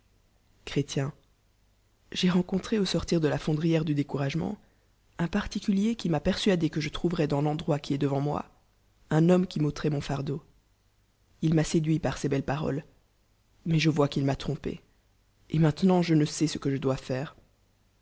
j'ai rencontré au sortir de la fondr e du découragement un particulier qui m'a persuadé que je trouverois dans l'endroit qui est devant moi un homme qui utéteroit mon fardeau il m'a réduit par ses beltes paro'es mais je vois qu'il m'a trompé et maintenant je ne sais ce que je dois faire